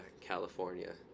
California